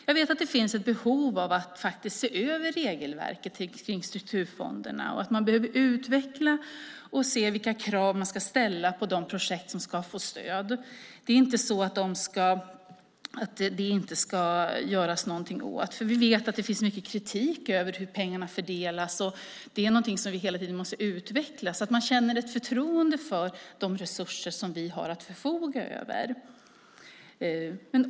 Jag vet att det finns ett behov av att se över regelverket för strukturfonderna och att man behöver utveckla och se vilka krav man ska ställa på de projekt som ska få stöd. Det är inte så att det inte ska göras någonting åt det, för vi vet att det finns mycket kritik mot hur pengarna fördelas. Det är något som vi hela tiden måste utveckla så att man känner ett förtroende för de resurser som vi har att förfoga över.